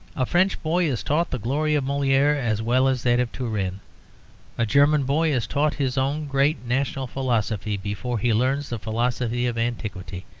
a french boy is taught the glory of moliere as well as that of turenne a german boy is taught his own great national philosophy before he learns the philosophy of antiquity.